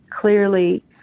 clearly